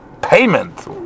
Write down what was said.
payment